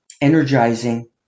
energizing